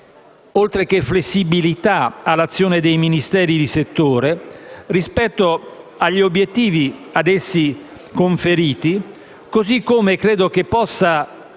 oltre che flessibilità, all'azione dei Ministeri di settore rispetto agli obiettivi a essi conferiti. Allo stesso modo, credo possa